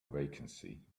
vacancy